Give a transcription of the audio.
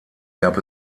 gab